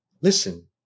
listen